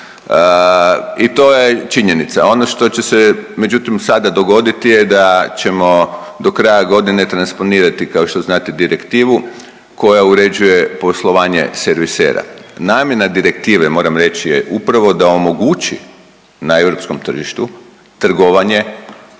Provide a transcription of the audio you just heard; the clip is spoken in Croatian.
I to je činjenica. Ono što će se međutim sada dogoditi je da ćemo do kraja godine transponirati kao što znate direktivu koja uređuje poslovanje servisera. Namjena direktive je moram reći je upravo da omogući na europskom tržištu trgovanje